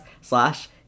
slash